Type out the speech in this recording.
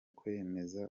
kwemeza